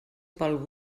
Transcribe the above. pel